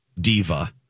diva